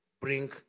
bring